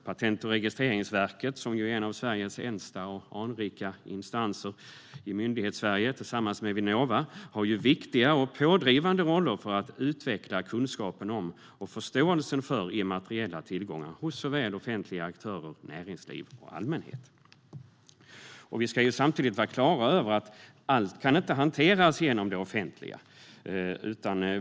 Patent och registreringsverket, som ju är en av Myndighetssveriges äldsta och anrikaste instanser, har tillsammans med Vinnova en viktig och pådrivande roll för att utveckla kunskapen om och förståelsen av immateriella tillgångar hos såväl offentliga aktörer och näringsliv som allmänhet. Vi ska samtidigt vara klara över att allt inte kan hanteras genom det offentliga.